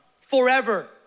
forever